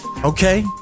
okay